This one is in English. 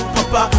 Papa